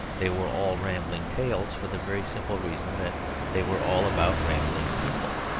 they were all rambling tales for the very simple reason that they were all about rambling people.